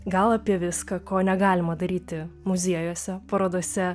gal apie viską ko negalima daryti muziejuose parodose